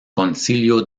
concilio